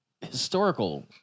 historical